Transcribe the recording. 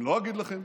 אני לא אגיד לכם.